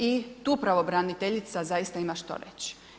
I tu pravobraniteljica zaista ima što reći.